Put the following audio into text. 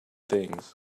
things